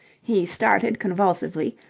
he started convulsively,